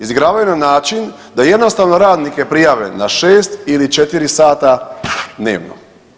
Izigravaju na način da jednostavno radnike prijave na 6 ili 4 sata dnevno.